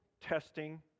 testing